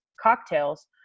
cocktails